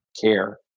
care